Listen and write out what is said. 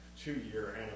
two-year